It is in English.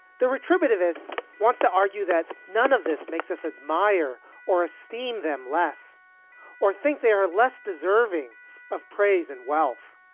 the retributive ist wants to argue that none of this makes us admire or esteem them less or think they are less deserving of praise and wealth.